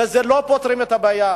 בזה לא פותרים את הבעיה.